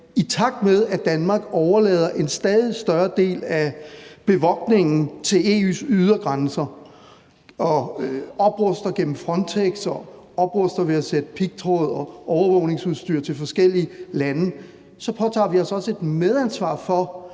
i takt med at Danmark overlader en stadig større del af bevogtningen til EU's ydre grænser og opruster gennem Frontex og opruster ved at sende pigtråd og overvågningsudstyr til forskellige lande, så påtager vi os også et medansvar for,